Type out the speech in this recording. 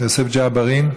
יוסף ג'בארין,